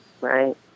Right